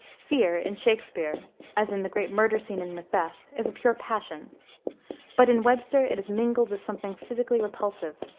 fear, in shakspere as in the great murder scene in macbeth is a pure passion but in webster it is mingled with something physically repulsive.